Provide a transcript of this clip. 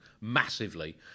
massively